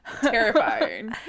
Terrifying